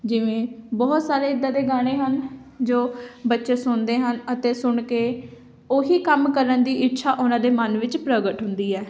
ਜਿਵੇਂ ਬਹੁਤ ਸਾਰੇ ਇੱਦਾਂ ਦੇ ਗਾਣੇ ਹਨ ਜੋ ਬੱਚੇ ਸੁਣਦੇ ਹਨ ਅਤੇ ਸੁਣ ਕੇ ਉਹੀ ਕੰਮ ਕਰਨ ਦੀ ਇੱਛਾ ਉਹਨਾਂ ਦੇ ਮਨ ਵਿੱਚ ਪ੍ਰਗਟ ਹੁੰਦੀ ਹੈ